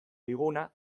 diguna